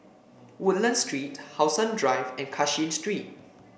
Woodlands Street How Sun Drive and Cashin Street